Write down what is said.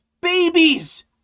babies